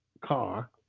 car